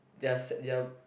their sa~ their